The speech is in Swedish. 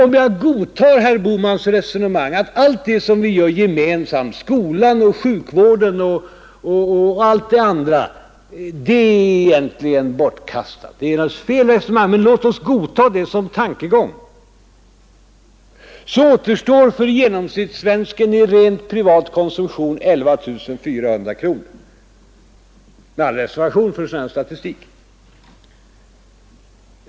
Om jag godtar herr Bohmans resonemang att allt det som vi driver gemensamt såsom skolväsendet, sjukvården och liknande egentligen är bortkastat — det är naturligtvis ett felaktigt resonemang men låt oss godta det såsom en tankegång — återstår för genomsnittssvensken för rent privat konsumtion 11 400 kronor, med all reservation för en sådan här statistik.